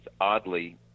oddly